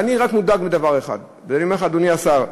ואני רק מודאג מדבר אחד, ואני אומר לך, אדוני השר: